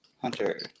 Hunter